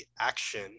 action